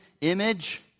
image